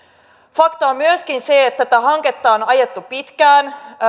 fakta on myöskin se että tätä hanketta on ajettu pitkään